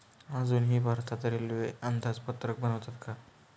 अजूनही भारतात रेल्वे अंदाजपत्रक बनवतात का?